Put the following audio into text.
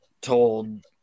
told